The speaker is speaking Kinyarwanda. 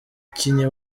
yakinnye